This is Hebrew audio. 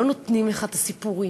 לא נותנים לך את הסיפורים,